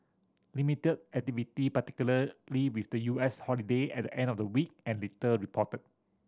limited activity particularly with the U S holiday at the end of the week and little reported